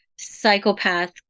psychopath